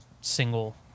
single